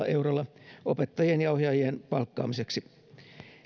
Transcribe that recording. eurolla opettajien ja ohjaajien palkkaamiseksi